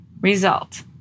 Result